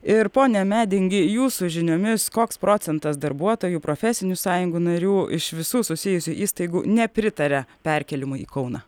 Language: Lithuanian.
ir pone medingi jūsų žiniomis koks procentas darbuotojų profesinių sąjungų narių iš visų susijusių įstaigų nepritaria perkėlimui į kauną